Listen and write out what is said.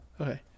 Okay